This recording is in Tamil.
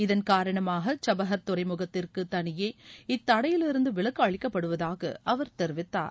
இதன் காரணமாக சாபஹர் துறைமுகத்திற்கு தனியே இத்தடையிலிருந்து விலக்கு அளிக்கப்படுவதாக அவர் தெரிவித்தனர்